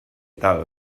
tal